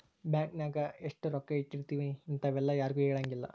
bank ನಾಗ ಎಷ್ಟ ರೊಕ್ಕ ಇಟ್ತೀವಿ ಇಂತವೆಲ್ಲ ಯಾರ್ಗು ಹೆಲಂಗಿಲ್ಲ